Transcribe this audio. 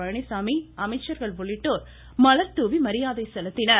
பழனிசாமி அமைச்சர்கள் உள்ளிட்டோர் மலர்தூவி மரியாதை செலுத்தினார்கள்